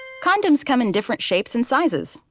condoms come in different shapes and sizes.